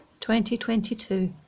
2022